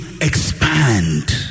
expand